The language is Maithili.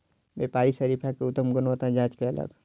व्यापारी शरीफा के उत्तम गुणवत्ताक जांच कयलक